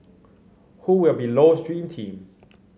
who will be Low's dream team